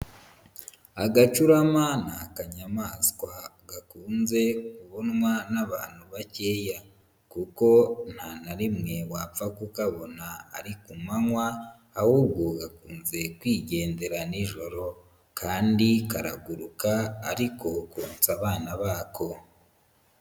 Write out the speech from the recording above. Agacurama ni akanyamaswa gakunze kubonwa n'abantu bakeya kuko nta na rimwe wapfa kukabona ari ku manywa, ahubwo gakunze kwigendera nijoro kandi karaguruka ariko konsa abana bako.